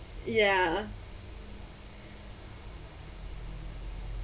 ya